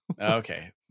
Okay